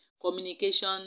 communication